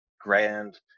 grand